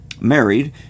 married